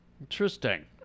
Interesting